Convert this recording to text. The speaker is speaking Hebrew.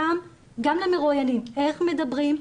גם למרואיינים איך מדברים.